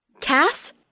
Cass